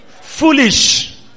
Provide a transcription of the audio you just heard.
foolish